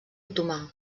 otomà